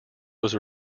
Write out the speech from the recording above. was